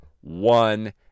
one